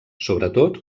sobretot